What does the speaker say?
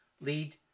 lead